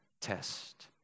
test